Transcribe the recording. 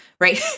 right